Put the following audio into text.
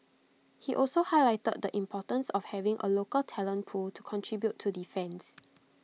he also highlighted the importance of having A local talent pool to contribute to defence